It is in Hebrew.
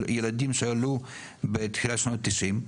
ילדים שעלו בתחילת שנות ה-90,